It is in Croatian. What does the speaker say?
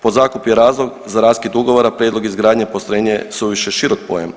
Podzakup je razlog za raskid ugovora prijedlog izgradnje postrojenje je suviše širok pojam.